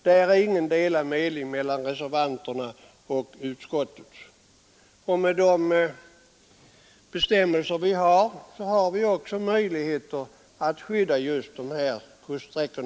Där är meningarna inte heller delade mellan reservanterna och utskottsmajoriteten. De bestämmelser vi har ger oss också möjligheter att skydda sådana kuststräckor.